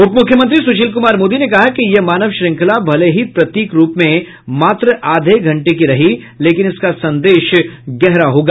उप मुख्यमंत्री सुशील कुमार मोदी ने कहा कि यह मानव श्रंखला भले ही प्रतीक रूप में मात्र आधे घंटे की रही लेकिन इसका संदेश गहरा होगा